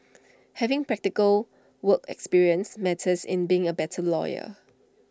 having practical work experience matters in being A better lawyer